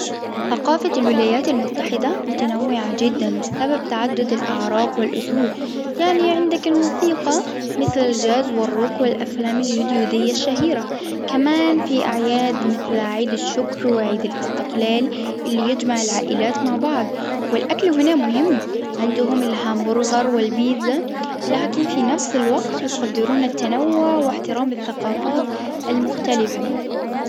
ثقافة الولايات المتحدة متنوعة جدا بسبب تعدد الأعراق والأصول. يعني عندك الموسيقى مثل الجاز والروك والأفلام الهليودية الشهيرة. كمان في أعياد مثل عيد الشكر وعيد الإستقلال. اللي يجمع العائلات مع بعض. والأكل هنا مهم. عندهم والبيزا لكن في نفس الوقت يقدرون التنوع واحترام الثقافات المختلفة.